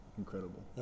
incredible